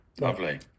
Lovely